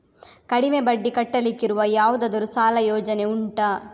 ಕಡಿಮೆ ಬಡ್ಡಿ ಕಟ್ಟಲಿಕ್ಕಿರುವ ಯಾವುದಾದರೂ ಸಾಲ ಯೋಜನೆ ಉಂಟಾ